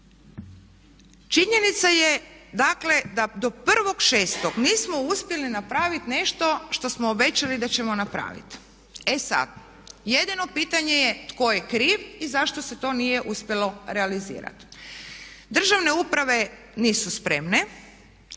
Činjenica je dakle, da do 1.6. nismo uspjeli napraviti nešto što smo obećali da ćemo napraviti. E sad jedino pitanje je tko je kriv i zašto se to nije uspjelo realizirati. Državne uprave nisu spremne